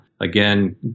again